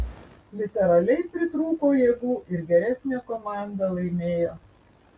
literaliai pritrūko jėgų ir geresnė komanda laimėjo